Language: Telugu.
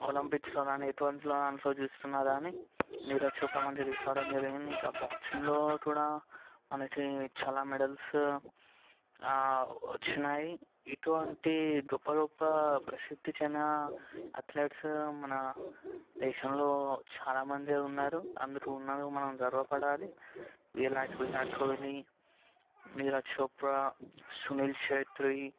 ఒలంపిక్స్లో కానీ ఎటువంటి దాంట్లో చూసుకున్నా కానీ నీరజ్ చోప్రా మనకి తీసుకురావడం జరిగింది దీంట్లో బాక్సింగ్లో కూడా మనకి చాలా మెడల్స్ వచ్చినాయి ఇటువంటి గొప్ప గొప్ప ప్రసిద్ధి చెందిన అథ్లెట్స్ మన దేశంలో చాలామంది ఉన్నారు అందుకు మనం గర్వపడాలి వీర విరాట్ కోహ్లీ నీరజ్ చోప్రా సునీల్ ఛెత్రి